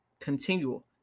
continual